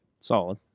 solid